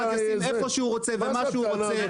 ישים איפה שהוא רוצה ומה שהוא רוצה,